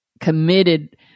committed